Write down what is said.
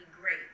great